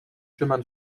chemins